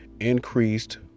increased